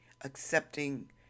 accepting